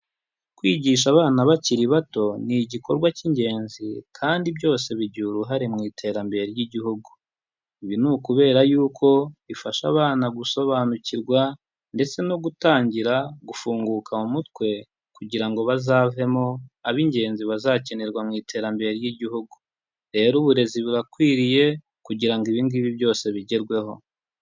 Kwigisha abana bakiri bato ni igikorwa cy'ingenzi kandi byose bigira uruhare mu iterambere ry'igihugu, ibi ni ukubera yuko bifasha abana gusobanukirwa ndetse no gutangira gufunguka mu mutwe, kugira ngo bazavemo ab'ingenzi bazakenerwa mu iterambere ry'igihugu; rero uburezi burakwiriye kugira ngo ibi ngibi byose bigerweho.